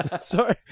Sorry